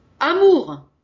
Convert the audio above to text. Amour